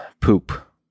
Poop